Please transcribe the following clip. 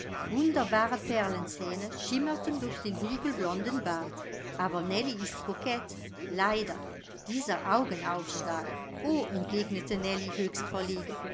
perlenzähne schimmerten durch den dunkelblonden bart aber nellie ist kokett leider dieser augenaufschlag o entgegnete nellie höchst verlegen